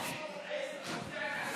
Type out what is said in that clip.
חוצפן.